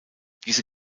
diese